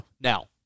Now